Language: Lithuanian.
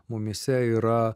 mumyse yra